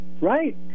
Right